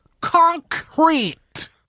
Concrete